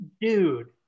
Dude